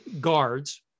guards